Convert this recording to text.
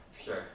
sure